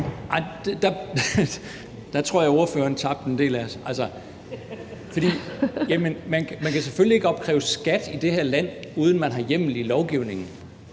Der tror jeg ordføreren tabte en del af os. Man kan selvfølgelig ikke kan opkræve skat i det her land, uden at man har hjemmel i lovgivningen.